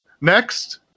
Next